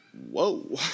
whoa